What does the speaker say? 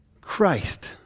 Christ